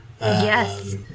Yes